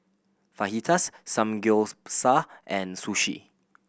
Fajitas Samgyeopsal and Sushi